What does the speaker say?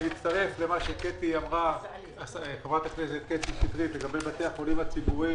אני מצטרף למה שחברת הכנסת קטי שטרית אמרה לגבי בתי החולים הציבוריים.